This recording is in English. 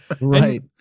Right